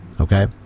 okay